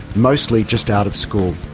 mostly just out of school.